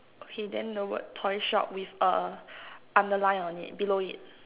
okay then the word toy shop with a underline on it below it